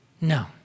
no